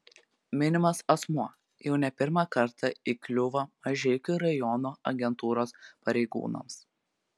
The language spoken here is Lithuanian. minimas asmuo jau ne pirmą kartą įkliūva mažeikių rajono agentūros pareigūnams